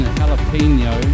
jalapeno